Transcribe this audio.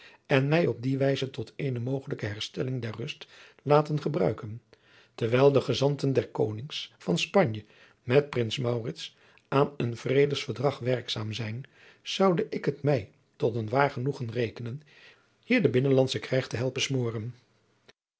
en mij op die wijze tot eene mogelijke herstelling der rust laten gebruiken terwijl de gezanten der konings van spanje met prins maurits aan een vredesverdrag werkzaam zijn zoude ik het mij tot een waar genoegen rekenen hier den binnenlandschen krijg te helpen smooren